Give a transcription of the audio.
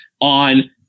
on